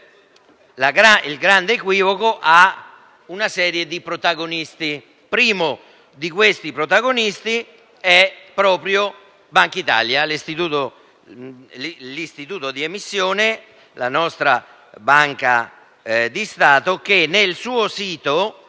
Il grande equivoco ha una serie di protagonisti; il primo tra questi è proprio Banca d'Italia, l'istituto di emissione, la nostra banca di Stato, che sul suo sito